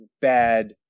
bad